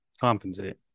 compensate